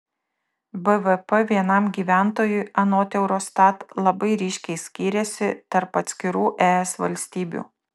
bvp vienam gyventojui anot eurostat labai ryškiai skyrėsi tarp atskirų es valstybių